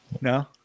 no